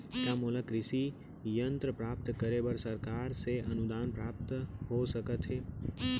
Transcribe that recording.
का मोला कृषि यंत्र प्राप्त करे बर सरकार से अनुदान प्राप्त हो सकत हे?